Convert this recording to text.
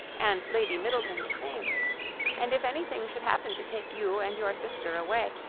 and lady middleton the same and if anything should happen to take you and your sister away,